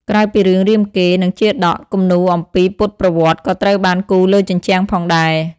ក្រៅពីរឿងរាមកេរ្តិ៍ និងជាតក គំនូរអំពីពុទ្ធប្រវត្តិក៏ត្រូវបានគូរលើជញ្ជាំងផងដែរ។